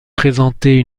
présentés